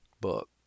book